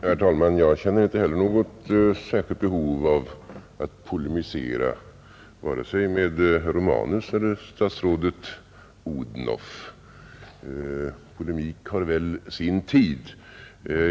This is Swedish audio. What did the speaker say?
Fru talman! Jag känner inte heller något särskilt behov av att polemisera vare sig med herr Romanus eller med statsrådet Odhnoff — polemik har väl sin tid.